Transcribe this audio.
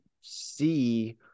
see